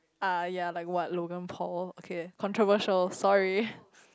ah ya like what Logan-Paul okay controversial sorry